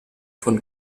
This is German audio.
von